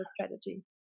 strategy